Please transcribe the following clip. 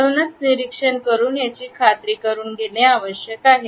म्हणूनच निरीक्षण करून खात्री करून घेणे आवश्यक आहे